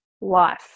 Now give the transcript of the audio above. life